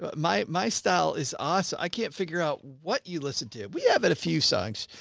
but my, my style is ah so i can't figure out what you listened to. we have and a few songs.